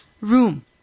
room